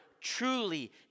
truly